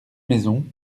maison